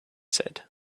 said